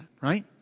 right